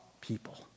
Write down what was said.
people